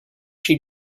she